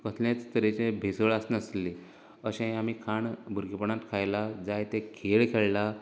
कसलेंच तरेचे भेसळ आसनासलें अशें आमी खाण भुरगेंपणांत खायलां जाय ते खेळ खेळ्ळां